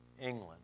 England